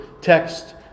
text